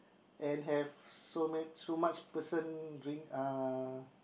and have so many so much person drink uh